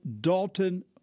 Dalton